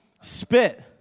spit